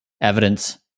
evidence